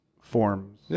forms